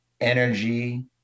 Energy